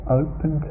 open